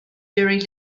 very